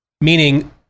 Meaning